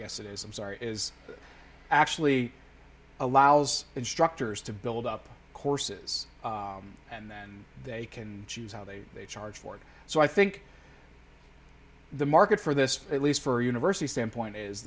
guess it is i'm sorry is actually allows instructors to build up courses and then they can choose how they they charge for it so i think the market for this at least for a university standpoint is